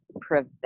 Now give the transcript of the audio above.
prevent